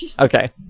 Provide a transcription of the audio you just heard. Okay